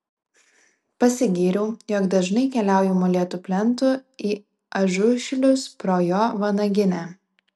pasigyriau jog dažnai keliauju molėtų plentu į ažušilius pro jo vanaginę